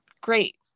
Great